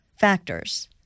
factors